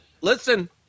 listen